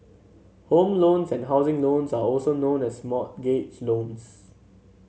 home loans and housing loans are also known as mortgage loans